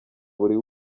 buri